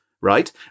right